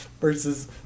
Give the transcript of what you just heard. Versus